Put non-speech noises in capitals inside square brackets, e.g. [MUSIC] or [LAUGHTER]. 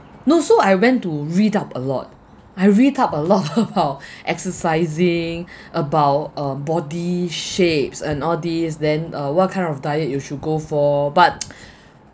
no so I went to read up a lot I read up a lot about [LAUGHS] exercising [BREATH] about um body shapes and all these then uh what kind of diet you should go for but [NOISE]